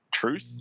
Truth